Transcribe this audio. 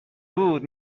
بود